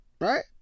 Right